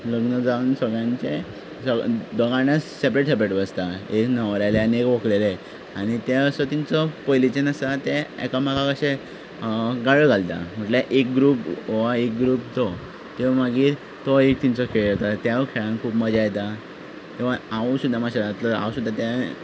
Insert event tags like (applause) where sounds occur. लग्न जावन सगळ्यांचें (unintelligible) दोगांय जाणां सेपरेट सेपरेट बसता एक न्हवऱ्याले आनी एक व्हकलेले आनी त्या असो तिचो पयलींच्यान आसा ते एकामेकाक अशे गाळ्यो घालता म्हणल्यार एक ग्रूप हो एक ग्रूप तो ते मागीर तो एक तेंचो खेळ जाता तेवूय खेळांत खूब मजा येता (unintelligible) हांव सुद्दां माशेलांतलो हांव सुद्दां तें